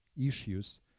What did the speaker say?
issues